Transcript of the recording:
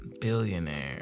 billionaire